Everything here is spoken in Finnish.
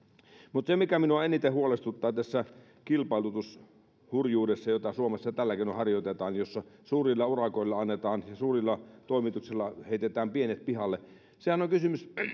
mutta se mikä minua eniten huolestuttaa tässä kilpailutushurjuudessa jota suomessa tällä keinoin harjoitetaan jossa suuria urakoita annetaan ja suurilla toimituksilla heitetään pienet pihalle sehän on kysymys